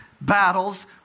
battles